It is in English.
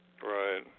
Right